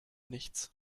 nichts